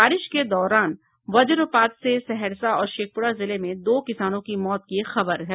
बारिश के दौरान वज्रपात से सहरसा और शेखपुरा जिले में दो किसानों की मौत की खबर है